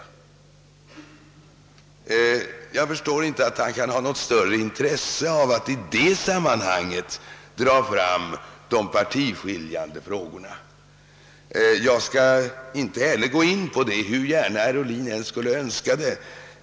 Jag förstår inte att han kan ha något större intresse av att i detta sammanhang dra fram de partiskiljande frågorna, och jag skall heller inte gå in på dem, hur gärna herr Ohlin än skulle önska det.